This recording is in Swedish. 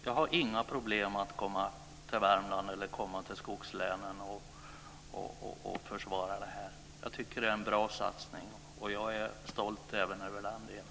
Jag har inga problem med att komma till Värmland och skogslänen och försvara det här. Jag tycker att det är en bra satsning. Jag är stolt även över den delen.